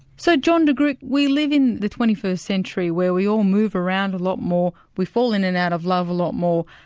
so john de groot, we live in the twenty first century where we all move around a lot more. we fall in and out of love a lot more.